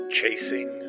Chasing